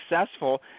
successful